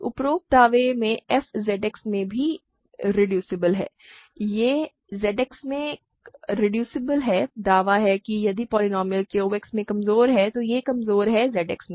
उपरोक्त दावे से f ZX में भी कम करने योग्य है यह ZX में कम करने योग्य है दावा है कि यदि पोलीनोमिअल Q X में कमजोर है तो यह कमजोर है Z X में